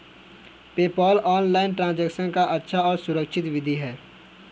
PayPal online transaction का अच्छा और सुरक्षित विधि है